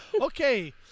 Okay